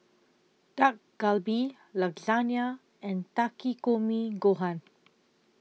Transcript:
Dak Galbi Lasagne and Takikomi Gohan